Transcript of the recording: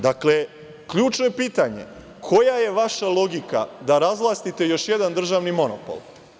Dakle, ključno pitanje – koja je vaša logika da razvlastite još jedan državni monopol?